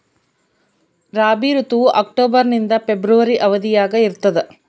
ರಾಬಿ ಋತುವು ಅಕ್ಟೋಬರ್ ನಿಂದ ಫೆಬ್ರವರಿ ಅವಧಿಯಾಗ ಇರ್ತದ